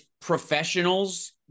professionals